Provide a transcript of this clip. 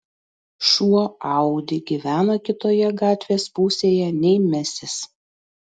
šuo audi gyvena kitoje gatvės pusėje nei mesis